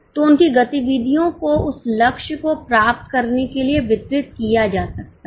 तो उनकी गतिविधियों को उस लक्ष्य को प्राप्त करने के लिए वितरित किया जा सकता है